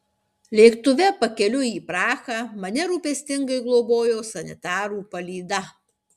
lėktuve pakeliui į prahą mane rūpestingai globojo sanitarų palyda